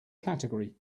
category